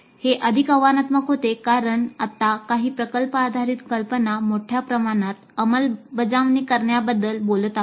हे अधिक आव्हानात्मक होते कारण आता आम्ही प्रकल्प आधारित कल्पना मोठ्या प्रमाणात अंमलबजावणी करण्याबद्दल बोलत आहोत